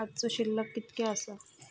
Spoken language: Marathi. आजचो शिल्लक कीतक्या आसा?